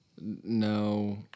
No